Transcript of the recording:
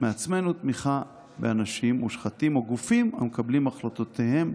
מעצמנו תמיכה באנשים מושחתים או בגופים המקבלים את החלטותיהם